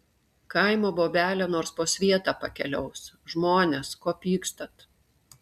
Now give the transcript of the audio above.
kaimo bobelė nors po svietą pakeliaus žmones ko pykstat